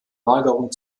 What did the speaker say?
lagerung